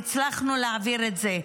והצלחנו להעביר את זה.